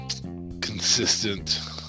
consistent